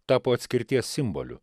tapo atskirties simboliu